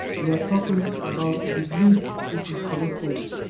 we are talking about the grid which is connected